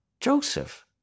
Joseph